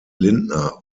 lindner